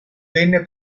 venne